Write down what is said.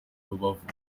rubavu